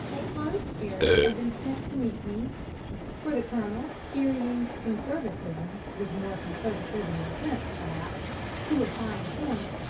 a closed carriage had been sent to meet me for the colonel, carrying conservatism with more conservatism than sense, perhaps to a fine point,